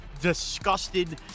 disgusted